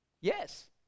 Yes